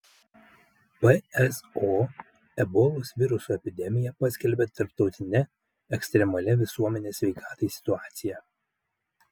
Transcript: pso ebolos viruso epidemiją paskelbė tarptautine ekstremalia visuomenės sveikatai situacija